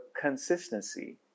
consistency